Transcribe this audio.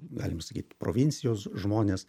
galima sakyt provincijos žmonės